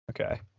Okay